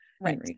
Right